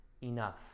enough